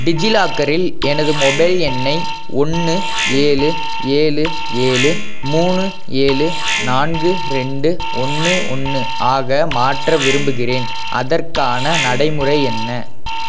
டிஜிலாக்கரில் எனது மொபைல் எண்ணை ஒன்று ஏழு ஏழு ஏழு மூணு ஏழு நான்கு ரெண்டு ஒன்று ஒன்று ஆக மாற்ற விரும்புகிறேன் அதற்கான நடைமுறை என்ன